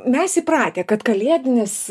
mes įpratę kad kalėdinis